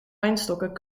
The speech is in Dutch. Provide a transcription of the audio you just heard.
wijnstokken